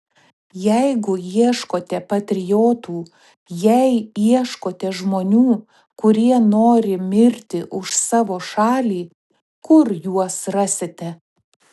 jeigu ieškote patriotų jei ieškote žmonių kurie nori mirti už savo šalį kur juos rasite